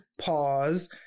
pause